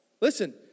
Listen